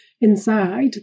inside